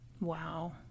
Wow